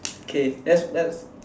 okay let's let's